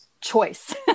choice